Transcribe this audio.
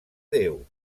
déu